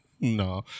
no